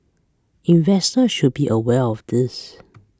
investor should be aware of this